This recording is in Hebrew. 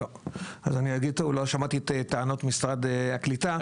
לא, אז אני אגיד, לא שמעתי את טענות משרד הקליטה.